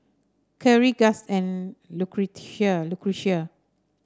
Khiry Gust and Lucretia